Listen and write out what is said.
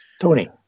Tony